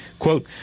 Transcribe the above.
Quote